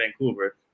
Vancouver